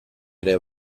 ere